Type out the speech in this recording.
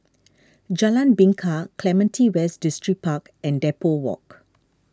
Jalan Bingka Clementi West Distripark and Depot Walk